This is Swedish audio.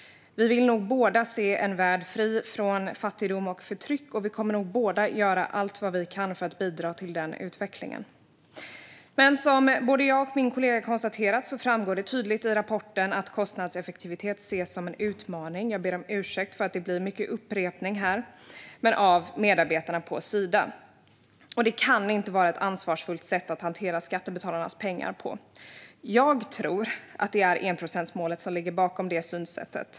Vi vill nog båda se en värld fri från fattigdom och förtryck, och vi kommer nog båda att göra allt vi kan för att bidra till den utvecklingen. Men som både jag och min kollega konstaterat - jag ber om ursäkt för att det blir mycket upprepning här - framgår det tydligt i rapporten att kostnadseffektivitet ses som en utmaning av medarbetarna på Sida. Detta kan inte vara ett ansvarsfullt sätt att hantera skattebetalarnas pengar på. Jag tror att det är enprocentsmålet som ligger bakom detta synsätt.